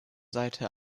seite